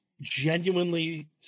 genuinely